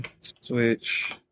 Switch